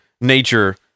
nature